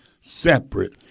separate